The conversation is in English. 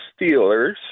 Steelers